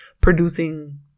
producing